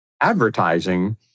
advertising